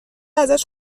ازش